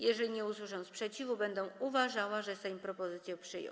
Jeżeli nie usłyszę sprzeciwu, będę uważała, że Sejm propozycję przyjął.